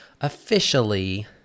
officially